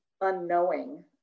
unknowing